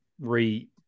re